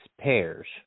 pairs